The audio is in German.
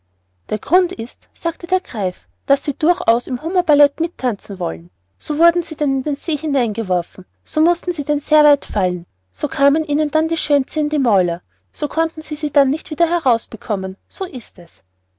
der grund ist sagte der greif daß sie durchaus im hummerballet mittanzen wollten so wurden sie denn in die see hinein geworfen so mußten sie denn sehr weit fallen so kamen ihnen denn die schwänze in die mäuler so konnten sie sie denn nicht wieder heraus bekommen so ist es